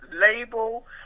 label